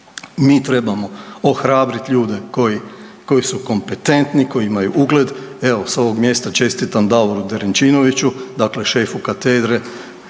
Mi trebamo ohrabriti ljude koji su kompetentni, koji imaju ugled, evo, s ovog mjesta čestitam Davoru Derenčinoviću, dakle šefu Katedre